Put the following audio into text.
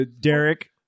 Derek